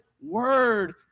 word